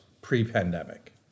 pre-pandemic